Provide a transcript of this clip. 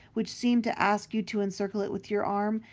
which seemed to ask you to encircle it with your arm,